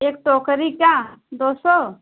एक टोकरी का दो सौ